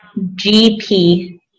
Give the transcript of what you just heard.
GP